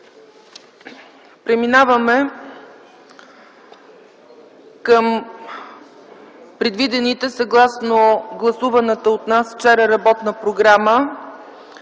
Преминаваме към предвидените, съгласно гласуваната от нас вчера работна програма,